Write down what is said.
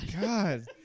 God